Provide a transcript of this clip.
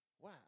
Wow